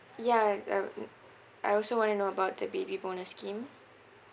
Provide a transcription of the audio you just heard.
yeah I also want to know about the baby bonus scheme